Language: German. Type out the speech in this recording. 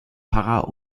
para